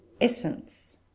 essence